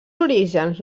orígens